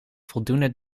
voldoende